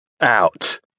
Out